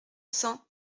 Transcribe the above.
cents